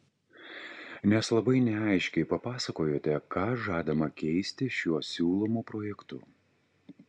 nes labai neaiškiai papasakojote ką žadama keisti šiuo siūlomu projektu